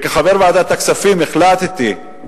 כחבר ועדת הכספים החלטתי,